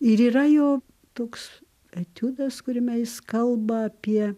ir yra jo toks etiudas kuriame jis kalba apie